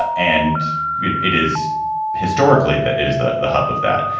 and it is historically that is the the hub of that.